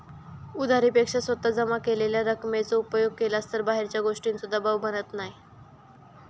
उधारी पेक्षा स्वतः जमा केलेल्या रकमेचो उपयोग केलास तर बाहेरच्या गोष्टींचों दबाव बनत नाय